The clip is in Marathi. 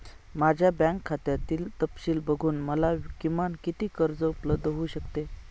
माझ्या बँक खात्यातील तपशील बघून मला किमान किती कर्ज उपलब्ध होऊ शकते?